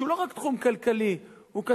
שהוא לא רק תחום כלכלי,